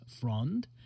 Frond